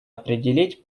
определить